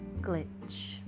glitch